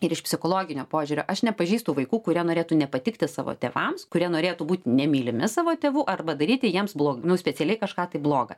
ir iš psikologinio požiūrio aš nepažįstu vaikų kurie norėtų nepatikti savo tėvams kurie norėtų būt nemylimi savo tėvų arba daryti jiems blog specialiai kažką tai bloga